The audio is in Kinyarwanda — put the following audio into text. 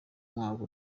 mwaka